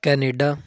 Canada